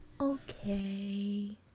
Okay